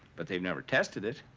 but they've never tested it.